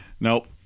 Nope